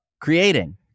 creating